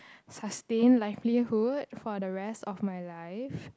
sustain livelihood for the rest of my life